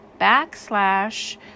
backslash